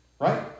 right